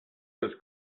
just